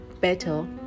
better